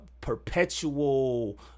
perpetual